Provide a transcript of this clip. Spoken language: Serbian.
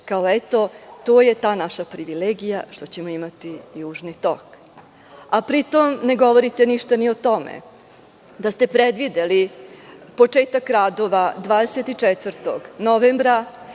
kao, eto, to je ta naša privilegija što ćemo imati „Južni tok“. Pri tom, ne govorite ništa ni o tome da ste predvideli početak radova 24. novembra,